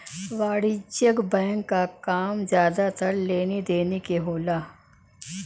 वाणिज्यिक बैंक क काम जादातर लेनी देनी के होला